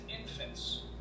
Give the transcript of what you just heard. infants